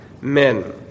men